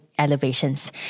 elevations